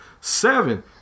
seven